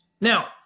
Now